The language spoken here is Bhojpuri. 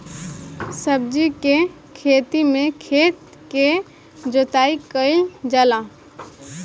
सब्जी के खेती में खेत के जोताई कईल जाला